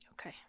Okay